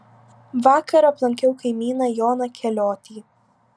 vakar aplankiau kaimyną joną keliotį